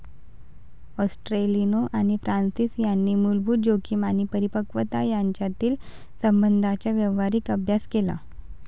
ॲस्टेलिनो आणि फ्रान्सिस यांनी मूलभूत जोखीम आणि परिपक्वता यांच्यातील संबंधांचा व्यावहारिक अभ्यास केला